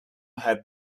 had